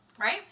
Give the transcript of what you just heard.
Right